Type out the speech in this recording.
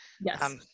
Yes